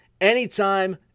anytime